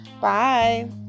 Bye